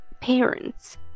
parents